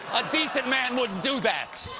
a decent man wouldn't do that!